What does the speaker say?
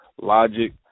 Logic